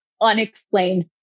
unexplained